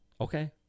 Okay